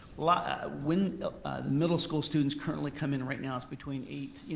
like when the middle school students currently come in right now it's between eight,